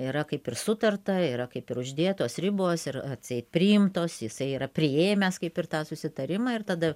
yra kaip ir sutarta yra kaip ir uždėtos ribos ir atseit priimtos jisai yra priėmęs kaip ir tą susitarimą ir tada